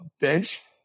bench